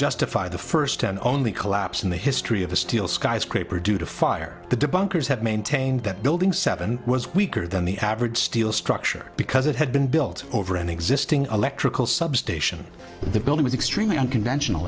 justify the first ten only collapse in the history of the steel skyscraper due to fire the debunkers had maintained that building seven was weaker than the average steel structure because it had been built over an existing electrical substation the building was extremely unconventional